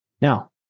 Now